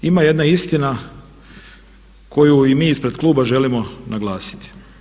Ima jedna istina koju i mi ispred kluba želimo naglasiti.